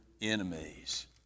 enemies